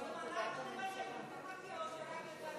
גם אם אנחנו נבקש אתה תחכה או רק כשהצד ההוא?